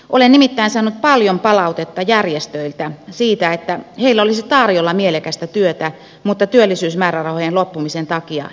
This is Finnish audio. olen nimittäin saanut paljon palautetta järjestöiltä siitä että heillä olisi tarjolla mielekästä työtä mutta työllisyysmäärärahojen loppumisen takia he eivät voi palkata ketään